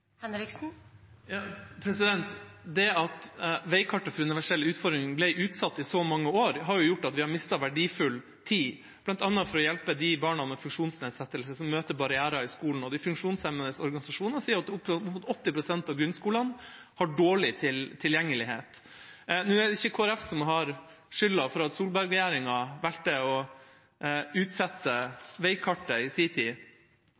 så mange år, har gjort at vi har mistet verdifull tid, bl.a. for å hjelpe de barna med funksjonsnedsettelse som møter barrierer i skolen. De funksjonshemmedes organisasjoner sier at opp mot 80 pst. av grunnskolene har dårlig tilgjengelighet. Nå er det ikke Kristelig Folkeparti som har skylden for at Solberg-regjeringa valgte å utsette veikartet i sin tid.